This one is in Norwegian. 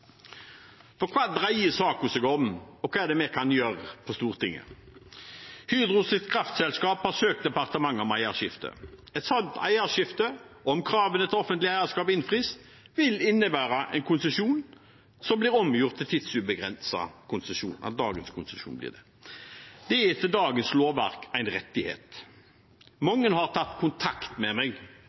hva dreier saken seg om, og hva er det vi kan gjøre på Stortinget? Hydros kraftselskap har søkt departementet om eierskifte. Et sånt eierskifte, om kravene til offentlig eierskap innfris, vil innebære en konsesjon som blir omgjort til tidsubegrenset konsesjon. Det er etter dagens lovverk en rettighet. Mange har tatt kontakt med meg